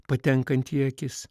patenkantį į akis